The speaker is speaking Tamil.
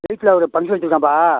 வீட்டில் ஒரு பங்க்ஷன் வெச்சுருக்கோம்ப்பா